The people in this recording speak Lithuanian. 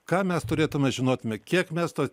ką mes turėtume žinotume kiek mes tos